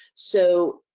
so,